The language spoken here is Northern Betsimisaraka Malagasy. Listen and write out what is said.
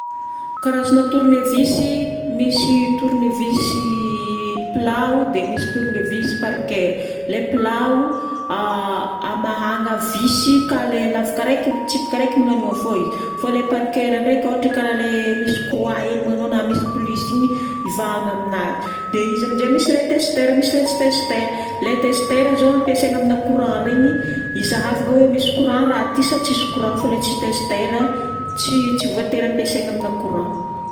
Karazagna tournevis, misy tournevis plat o, dia misy tournevis parker. Ilay plat o, amahagna vis ka le lavaka araiky, mitsipika araiky magnaniô fôhy. Fô le parker ndraiky ôhatra ka le misy croix hely ma nao na le misy plus igny ivahagna aminazy. Dia izy amizay misy le testeur misy le tsy testeur. Lay testeur zao ampiasaigna amina courant regny izahavagna hoe misy courant raha ty sa tsisy courant fô lay tsy testeur tsy, tsy voatery ampiasaigna amina courant.